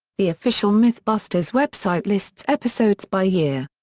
the official mythbusters website lists episodes by year.